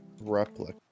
Replica